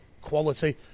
quality